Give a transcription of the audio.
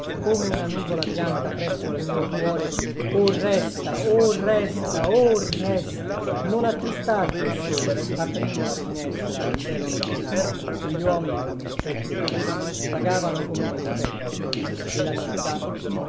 come una nuvola bianca presso al mio cuore o resta o resta o resta non attristarti o sole aprimmo la finestra al cielo notturno gli uomini come spettri vaganti vagavano come gli spettri e la città